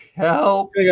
help